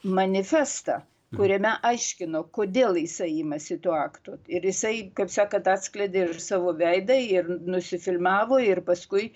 manifestą kuriame aiškino kodėl jisai imasi to akto ir jisai kaip sakant atskleidė ir savo veidą ir nusifilmavo ir paskui